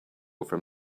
from